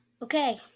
Okay